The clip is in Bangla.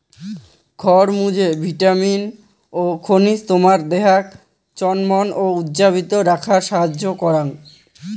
খরমুজে ভিটামিন ও খনিজ তোমার দেহাক চনমন ও উজ্জীবিত রাখাং সাহাইয্য করাং